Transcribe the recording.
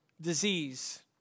disease